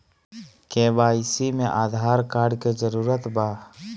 KYC में Aadhaar card के जरूरत बा?